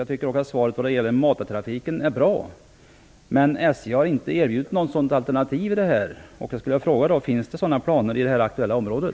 Jag tycker också att svaret vad gäller matartrafiken är bra. Men SJ har inte erbjudit något sådant alternativ. Finns det sådana planer i det aktuella området?